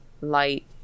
light